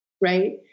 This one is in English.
right